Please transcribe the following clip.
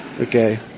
Okay